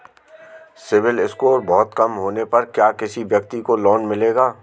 CIBIL score बहुत कम होने पर क्या किसी व्यक्ति को लोंन मिलेगा?